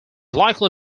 likely